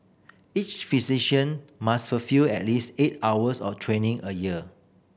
each physician must fulfil at least eight hours of training a year